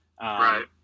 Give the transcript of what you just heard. Right